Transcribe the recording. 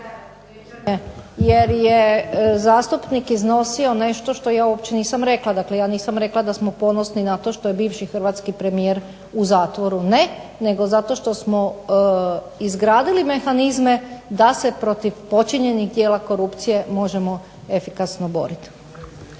jer je zastupnik iznosio nešto što ja uopće nisam rekla. Dakle, ja nisam rekla da smo ponosni na to što je bivši hrvatski premijer u zatvoru. Ne, nego zato što smo izgradili mehanizme da se protiv počinjenih djela korupcije možemo efikasno boriti.